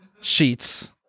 sheets